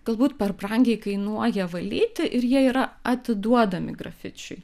galbūt per brangiai kainuoja valyti ir jie yra atiduodami grafičiui